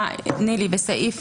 בסעיף